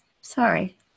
Sorry